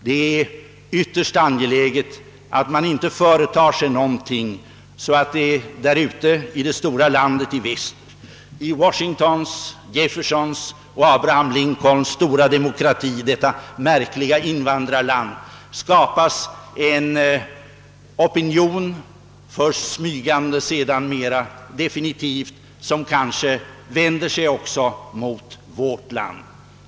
Det är ytterst angeläget att man inte företar sig någonting som gör att det därute i det stora i landet i väster, i Washingtons, Jeffersons och Abraham Lincolns stora demokrati, detta märkliga invandrarland, skapas en opinion, först smygande och sedan mera definitiv, som kanske vänder sig även mot vårt land.